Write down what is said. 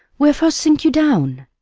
wherefore sink you down?